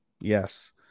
Yes